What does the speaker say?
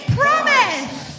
promise